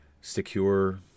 secure